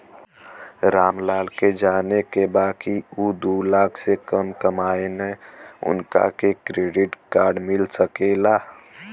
राम लाल के जाने के बा की ऊ दूलाख से कम कमायेन उनका के क्रेडिट कार्ड मिल सके ला?